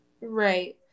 right